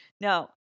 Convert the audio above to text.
Now